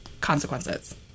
consequences